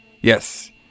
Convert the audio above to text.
Yes